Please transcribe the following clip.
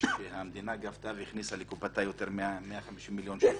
שהמדינה גבתה והכניסה לקופתה יותר מ-150 מיליון שקל.